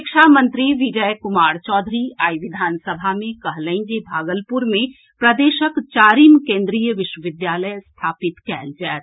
शिक्षा मंत्री विजय कुमार चौधरी आई विधानसभा मे कहलनि जे भागलपुर मे प्रदेशक चारिम केन्द्रीय विश्वविद्यालय स्थापित कएल जाएत